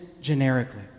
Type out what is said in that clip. generically